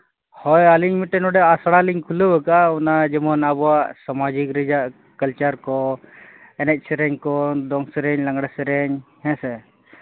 ᱦᱳᱭ ᱟᱹᱞᱤᱧ ᱢᱤᱫᱴᱮᱡ ᱱᱚᱰᱮ ᱟᱥᱲᱟᱞᱤᱧ ᱠᱷᱩᱞᱟᱹᱣ ᱟᱠᱟᱫᱼᱟ ᱚᱱᱟ ᱡᱮᱢᱚᱱ ᱟᱵᱚᱣᱟᱜ ᱥᱟᱢᱟᱡᱤᱠ ᱨᱮᱭᱟᱜ ᱠᱟᱞᱪᱟᱨᱠᱚ ᱮᱱᱮᱡᱼᱥᱮᱨᱮᱧᱠᱚ ᱫᱚᱝ ᱥᱮᱨᱮᱧ ᱞᱟᱜᱽᱬᱮ ᱥᱮᱨᱮᱧ ᱦᱮᱸ ᱥᱮ